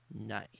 Nice